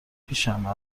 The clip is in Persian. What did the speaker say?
پیشمه